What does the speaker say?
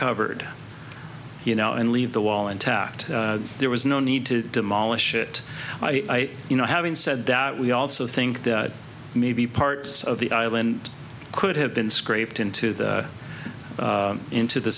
covered you know and leave the wall intact there was no need to demolish it by you know having said that we also think that maybe parts of the island could have been scraped into the into the